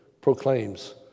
proclaims